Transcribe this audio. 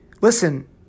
Listen